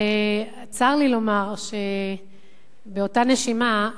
וצר לי לומר באותה נשימה,